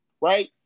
right